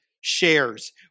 shares